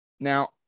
Now